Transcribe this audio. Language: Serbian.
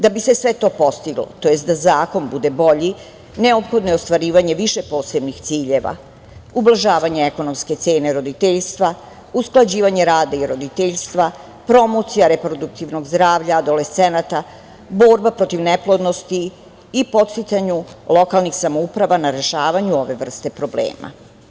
Da bi se sve to postiglo, tj. da zakon bude bolji neophodno je ostvarivanje više posebnih ciljeva, ublažavanje ekonomske cene roditeljstva, usklađivanje rada i roditeljstva, promocija reproduktivnog zdravlja, adolescenata, borba protiv neplodnosti i podsticanju lokalnih samouprava na rešavanju ove vrste problema.